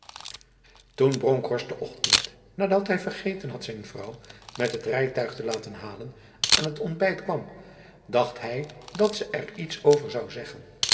toen bronkhorst de ochtend nadat hij vergeten had zijn vrouw met het rijtuig te laten halen aan het ontbijt kwam dacht hij dat ze er iets over zou zeggen